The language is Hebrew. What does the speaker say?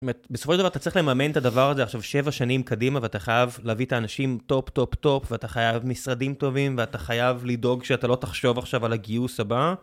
בסופו של דבר, אתה צריך לממן את הדבר הזה עכשיו שבע שנים קדימה, ואתה חייב להביא את האנשים טופ, טופ, טופ, ואתה חייב משרדים טובים, ואתה חייב לדאוג שאתה לא תחשוב עכשיו על הגיוס הבא.